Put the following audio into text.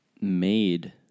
made